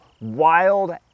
wild